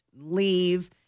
leave